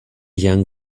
young